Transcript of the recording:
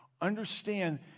Understand